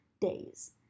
days